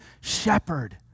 shepherd